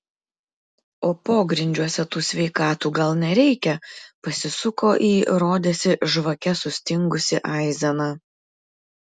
o pogrindžiuose tų sveikatų gal nereikia pasisuko į rodėsi žvake sustingusį aizeną